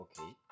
Okay